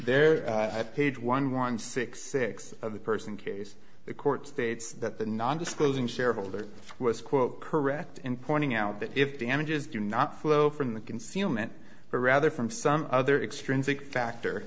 there at page one one six six of the person case the court states that the non disclosing shareholder was quote correct in pointing out that if damages do not flow from the concealment but rather from some other extrinsic factor